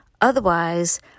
Otherwise